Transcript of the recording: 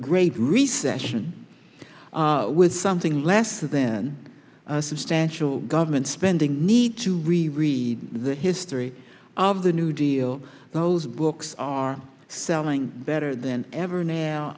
great recession with something less than substantial government spending need to re read the history of the new deal those books are selling better than ever now